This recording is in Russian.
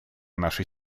нашей